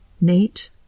Nate